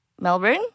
Melbourne